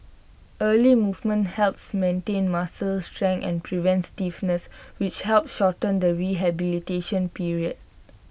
early movement helps maintain muscle strength and prevents stiffness which help shorten the rehabilitation period